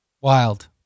Wild